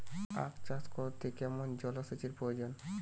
আখ চাষ করতে কেমন জলসেচের প্রয়োজন?